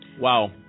Wow